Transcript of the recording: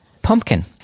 pumpkin